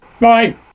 Bye